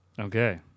Okay